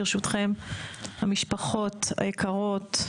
ברשותכן המשפחות היקרות,